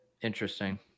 Interesting